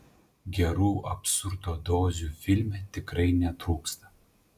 gerų absurdo dozių filme tikrai netrūksta